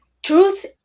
Truth